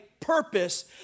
purpose